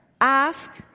Ask